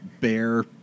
Bare